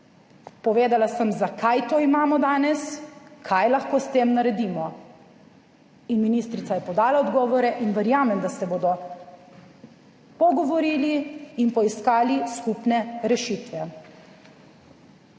povedala sem zakaj to imamo danes, kaj lahko s tem naredimo in ministrica je podala odgovore in verjamem, da se bodo pogovorili in poiskali skupne rešitve.